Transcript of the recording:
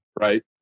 right